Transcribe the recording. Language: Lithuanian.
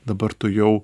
dabar tu jau